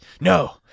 no